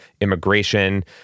immigration